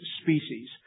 species